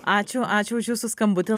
ačiū ačiū už jūsų skambutį